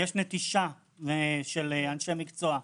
יש נטישה של אנשי מקצוע.